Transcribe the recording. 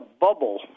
bubble